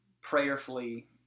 prayerfully